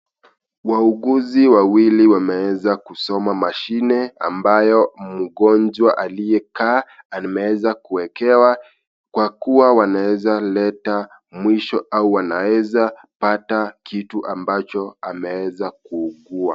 Wauguzi wawili wameweza kusoma mashine ambayo mgonjwa aliyekaa ameeeza kuekewa kwa kuwa wanaeza leta mwisho au wanaeeza pata kitu ambacho ameeeza kuugua.